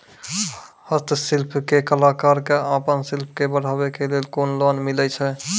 हस्तशिल्प के कलाकार कऽ आपन शिल्प के बढ़ावे के लेल कुन लोन मिलै छै?